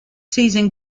season